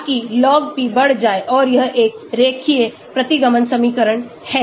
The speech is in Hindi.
ताकि log p बढ़ जाए और यह एक रेखीय प्रतिगमन समीकरण है